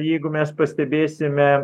jeigu mes pastebėsime